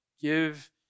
give